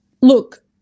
look